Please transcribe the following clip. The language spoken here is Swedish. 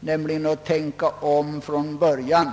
nämligen att man skall tänka om från början.